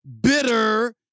bitter